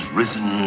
risen